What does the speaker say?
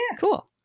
cool